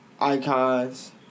icons